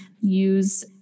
use